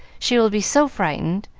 she will be so frightened,